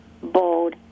Bold